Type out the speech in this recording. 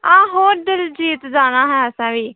आहो डल झील जाना हा असें बी